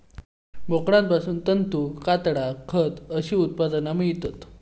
बोकडांपासना तंतू, कातडा, खत अशी उत्पादना मेळतत